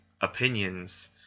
opinions